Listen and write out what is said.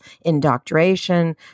indoctrination